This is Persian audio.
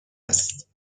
است